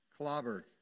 clobbered